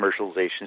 commercialization